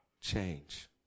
change